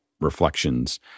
reflections